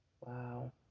wow